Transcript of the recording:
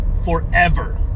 Forever